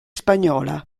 spagnola